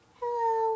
hello